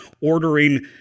ordering